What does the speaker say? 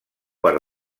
per